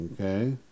Okay